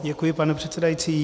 Děkuji, pane předsedající.